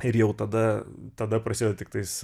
ir jau tada tada prasideda tiktais